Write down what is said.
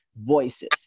voices